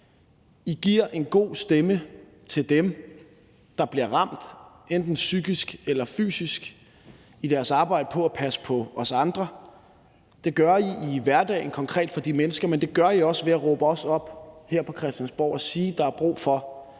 I giver en god stemme til dem, der bliver ramt, enten psykisk eller fysisk, i deres arbejde med at passe på os andre. Det gør I i hverdagen konkret for de mennesker, men det gør I også ved at råbe os op her på Christiansborg og sige, at der er brug for,